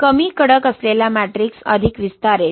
कमी कडक असलेला मॅट्रिक्स अधिक विस्तारेल